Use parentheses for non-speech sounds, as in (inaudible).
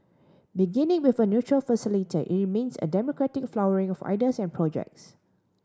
beginning with a neutral (unintelligible) it remains a democratic flowering of ideas and projects